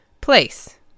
Place